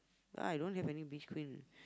I don't have any beach cream